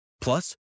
Plus